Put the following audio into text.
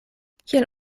kiel